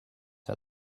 her